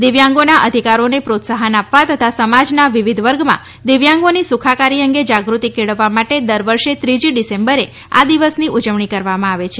દિવ્યાંગોના અધિકારોને પ્રોત્સાહન આપવા તથા સમાજના વિવિધ વર્ગમાં દિવ્યાંગોની સુખાકારી અંગે જાગૃતિ કેળવવા માટે દર વર્ષે ત્રીજી ડિસેમ્બરે આ દિવસની ઉજવણી કરવામાં આવે છે